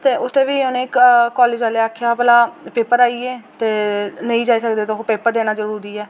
ते उ'त्थें बी उ'नें कॉलेज आह्ले आखेआ भला पेपर आइये नेईं जाई सकदे तुस पेपर देना जरूरी ऐ